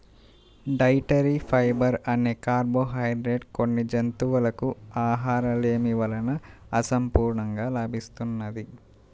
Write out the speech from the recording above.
dietary fibre అనే carbohydrate కొన్ని జంతువులకు ఆహారలేమి వలన అసంపూర్ణంగా లభిస్తున్నది